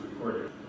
recorded